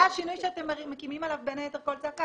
זה השינוי שאתם מקימים עליו בין היתר קול צעקה.